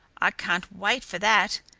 i can't wait for that.